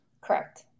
Correct